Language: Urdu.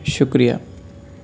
شکریہ